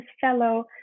fellow